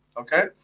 okay